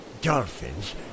Dolphins